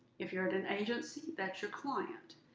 if you're at an agency, that's your client.